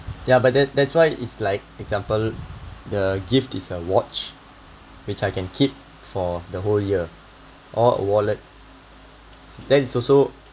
yeah but that that's why is like example the gift is a watch which I can keep for the whole year or wallet that is also